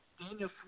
Daniel